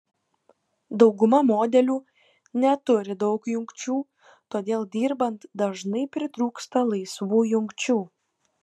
dauguma modelių neturi daug jungčių todėl dirbant dažnai pritrūksta laisvų jungčių